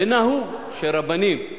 ונהוג שרבנים,